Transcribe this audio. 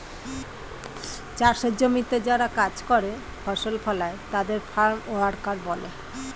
চাষের জমিতে যারা কাজ করে, ফসল ফলায় তাদের ফার্ম ওয়ার্কার বলে